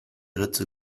ritze